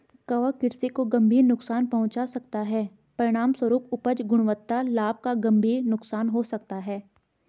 कवक कृषि को गंभीर नुकसान पहुंचा सकता है, परिणामस्वरूप उपज, गुणवत्ता, लाभ का गंभीर नुकसान हो सकता है